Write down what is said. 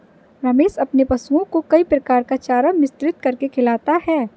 रमेश अपने पशुओं को कई प्रकार का चारा मिश्रित करके खिलाता है